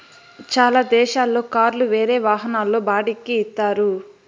చాలా దేశాల్లో కార్లు వేరే వాహనాల్లో బాడిక్కి ఇత్తారు